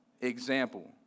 example